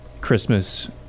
Christmas